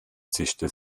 zischte